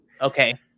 okay